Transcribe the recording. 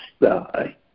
die